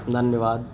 धन्यवाद